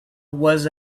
was